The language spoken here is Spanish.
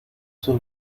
sus